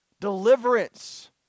deliverance